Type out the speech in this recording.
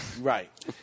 Right